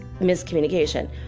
miscommunication